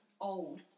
old